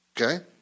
Okay